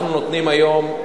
אנחנו נותנים היום,